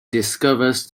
discovers